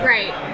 Right